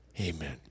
Amen